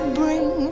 bring